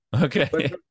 Okay